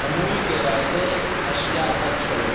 امول کے رایتے اشیا درج کرو